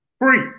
Free